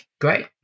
Great